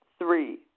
Three